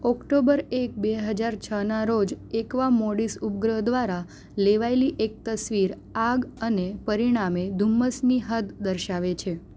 October એક બે હજાર છના રોજ એક્વા મોડિસ ઉપગ્રહ દ્વારા લેવાયેલી એક તસવીર આગ અને પરિણામે ધુમ્મસની હદ દર્શાવે છે